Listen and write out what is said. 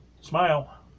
smile